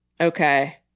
Okay